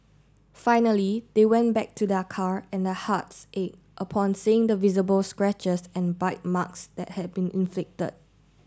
finally they went back to their car and their hearts ached upon seeing the visible scratches and bite marks that had been inflicted